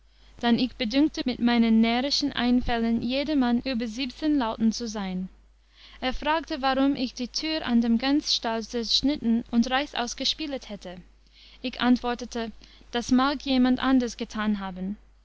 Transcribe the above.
dann ich bedünkte mit meinen närrischen einfällen jedermann über lauten zu sein er fragte warum ich die tür an dem gänsstall zerschnitten und reißaus gespielet hätte ich antwortete das mag jemand anders getan haben